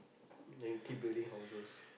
then keep building houses